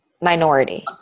Minority